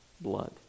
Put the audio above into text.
blood